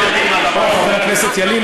חבר הכנסת ילין,